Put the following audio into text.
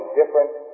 different